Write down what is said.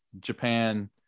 Japan